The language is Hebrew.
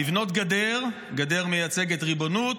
לבנות גדר, גדר מייצגת ריבונות,